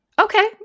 Okay